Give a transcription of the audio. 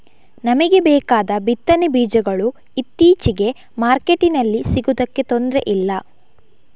ನಮಿಗೆ ಬೇಕಾದ ಬಿತ್ತನೆ ಬೀಜಗಳು ಇತ್ತೀಚೆಗೆ ಮಾರ್ಕೆಟಿನಲ್ಲಿ ಸಿಗುದಕ್ಕೆ ತೊಂದ್ರೆ ಇಲ್ಲ